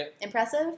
Impressive